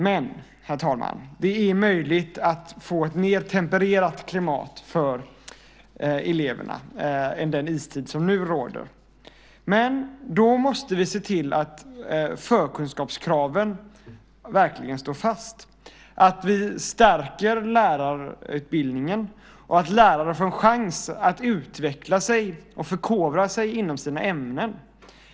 Men, herr talman, det är möjligt att få ett mer tempererat klimat för eleverna än den istid som nu råder. Då måste vi se till att förkunskapskraven verkligen står fast, att vi stärker lärarutbildningen och att lärarna får en chans att utveckla sig och förkovra sig inom sina ämnen.